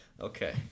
Okay